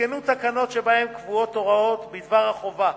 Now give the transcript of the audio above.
הותקנו תקנות שבהן קבועות הוראות בדבר החובה